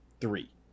three